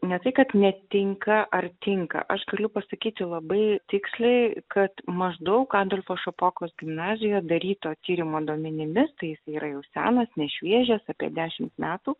ne tai kad netinka ar tinka aš galiu pasakyti labai tiksliai kad maždaug adolfo šapokos gimnazijoj daryto tyrimo duomenimis tai jisai yra jau senas nešviežias apie dešimt metų